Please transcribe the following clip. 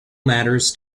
matters